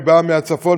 באה מהצפון,